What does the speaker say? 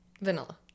Vanilla